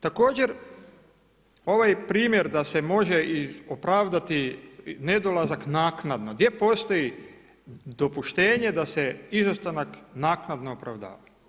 Također ovaj primjer da se može i opravdati nedolazak naknadno, gdje postoji dopuštenje da se izostanak naknadno opravdava.